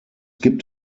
gibt